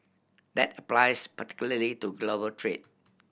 that applies particularly to global trade